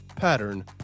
pattern